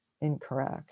incorrect